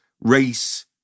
race